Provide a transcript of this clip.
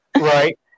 right